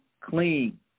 clean